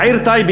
בעיר טייבה,